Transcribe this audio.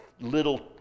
little